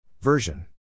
Version